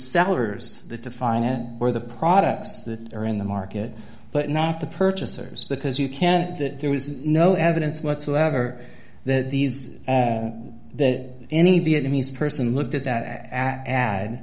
sellers that define it or the products that are in the market but not the purchasers because you can't that there was no evidence whatsoever that these that any vietnamese person looked at that a